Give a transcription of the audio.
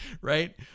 Right